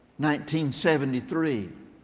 1973